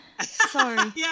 Sorry